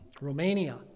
Romania